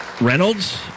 Reynolds